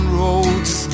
roads